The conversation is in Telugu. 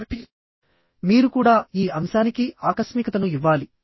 కాబట్టిమీరు కూడా ఈ అంశానికి ఆకస్మికతను ఇవ్వాలి